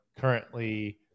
currently